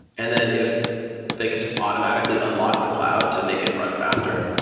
and then if they can just automatically unlock the cloud to make it run faster,